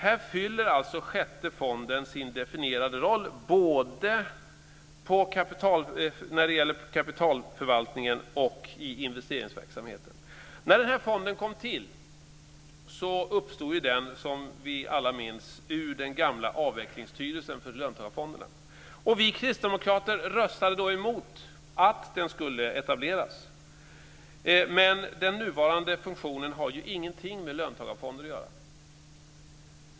Här fyller alltså sjätte fonden sin definierade roll både när det gäller kapitalförvaltningen och investeringsverksamheten. Denna fond uppstod, som vi alla minns, ur den gamla avvecklingsstyrelsen för löntagarfonderna. Vi kristdemokrater röstade då emot att den skulle etableras. Men den nuvarande funktionen har ju ingenting med löntagarfonder att göra.